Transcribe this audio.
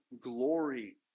glory